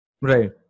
Right